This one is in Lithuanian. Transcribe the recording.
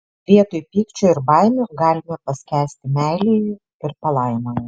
vietoj pykčio ir baimių galime paskęsti meilėje ir palaimoje